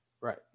Right